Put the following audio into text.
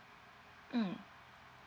mm